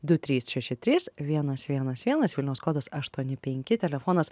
du trys šeši trys vienas vienas vienas vilniaus kodas aštuoni penki telefonas